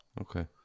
Okay